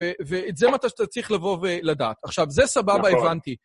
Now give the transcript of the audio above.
ואת זה מה שאתה צריך לבוא ולדעת. עכשיו, זה סבבה, הבנתי.